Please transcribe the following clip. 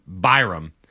Byram